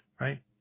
Right